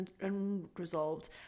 unresolved